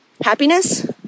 happiness